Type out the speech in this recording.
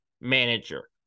manager